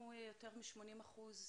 בניין,